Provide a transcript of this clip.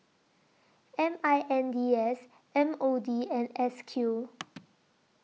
M I N D S M O D and S Q